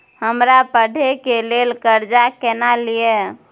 हमरा पढ़े के लेल कर्जा केना लिए?